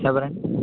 ఎవరండి